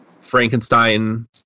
Frankenstein